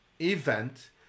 event